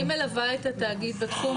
אני מלווה את התאגיד בתחום